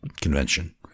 convention